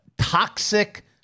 toxic